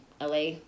LA